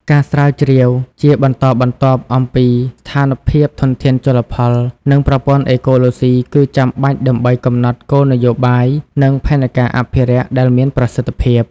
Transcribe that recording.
ការស្រាវជ្រាវជាបន្តបន្ទាប់អំពីស្ថានភាពធនធានជលផល និងប្រព័ន្ធអេកូឡូស៊ី គឺចាំបាច់ដើម្បីកំណត់គោលនយោបាយ និងផែនការអភិរក្សដែលមានប្រសិទ្ធភាព។